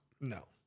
No